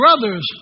brother's